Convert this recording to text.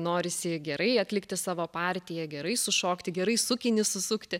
norisi gerai atlikti savo partiją gerai sušokti gerai sukinį susukti